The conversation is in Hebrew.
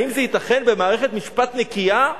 האם זה ייתכן במערכת משפט נקייה?